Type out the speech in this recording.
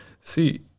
See